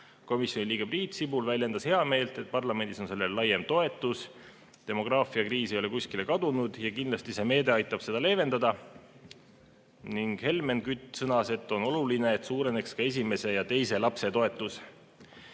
Komisjoni liige Priit Sibul väljendas heameelt, et parlamendis on sellel laiem toetus. Demograafiakriis ei ole kuskile kadunud ja kindlasti see meede aitab seda leevendada. Helmen Kütt sõnas, et on oluline, et suureneks ka esimese ja teise lapse toetus.